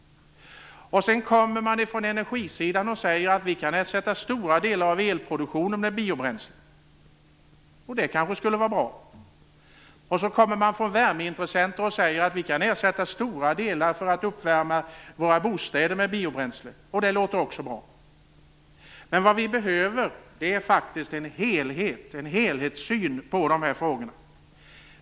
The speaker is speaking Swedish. Sedan kommer man från energisidan och säger att vi kan ersätta stora delar av elproduktionen med biobränsle - och det kanske skulle vara bra. Så kommer värmeintressenter och säger att vi kan ersätta stora delar av uppvärmningen av våra bostäder med biobränsle - och det låter också bra. Men vad vi behöver är faktiskt en helhetssyn på de här frågorna.